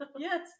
Yes